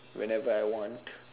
whenever I want